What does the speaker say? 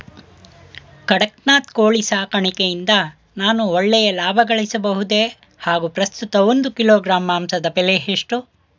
ಕಡಕ್ನಾತ್ ಕೋಳಿ ಸಾಕಾಣಿಕೆಯಿಂದ ನಾನು ಒಳ್ಳೆಯ ಲಾಭಗಳಿಸಬಹುದೇ ಹಾಗು ಪ್ರಸ್ತುತ ಒಂದು ಕಿಲೋಗ್ರಾಂ ಮಾಂಸದ ಬೆಲೆ ಎಷ್ಟು?